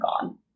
gone